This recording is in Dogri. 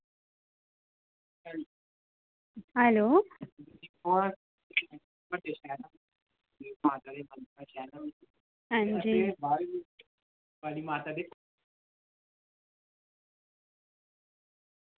हैलो आं जी